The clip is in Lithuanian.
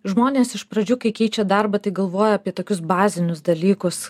žmonės iš pradžių kai keičia darbą tai galvoja apie tokius bazinius dalykus